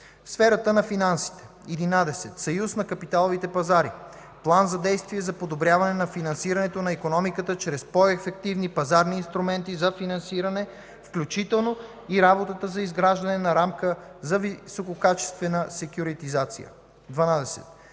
сферата на финансите: 11. Съюз на капиталовите пазари – План за действие за подобряване на финансирането на икономиката чрез по-ефективни пазарни инструменти за финансиране, включително и работа за изграждане на рамка за висококачествена секюритизация. 12.